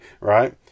right